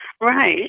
Right